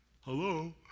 hello